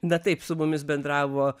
na taip su mumis bendravo